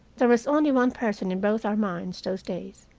there was only one person in both our minds those days.